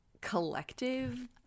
collective